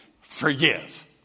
forgive